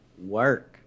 work